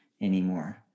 anymore